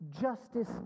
justice